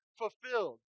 fulfilled